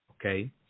okay